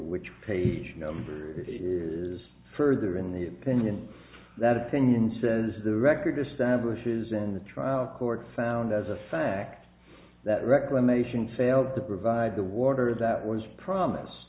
which page number is further in the opinion that opinion says the record establishes in the trial court found as a fact that reclamation failed to provide the water that was promise